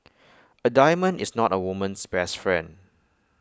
A diamond is not A woman's best friend